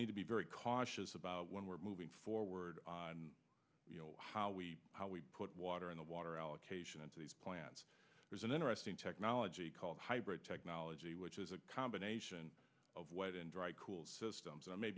need to be very cautious about when we're moving forward how we how we put water in the water allocation into these plants there's an interesting technology called hybrid technology which is a combination of wet and dry cool systems and may